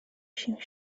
się